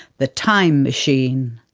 the time machine.